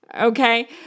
Okay